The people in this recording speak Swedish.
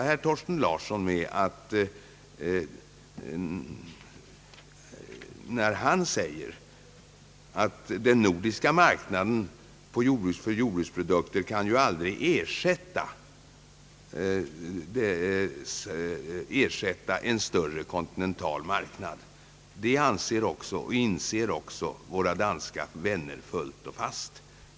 Herr Thorsten Larsson sade att den nordiska marknaden för jordbruksprodukter aldrig kan ersätta en större kontinental marknad. Jag kan trösta herr Larsson med att våra danska vänner också inser detta.